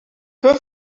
could